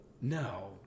No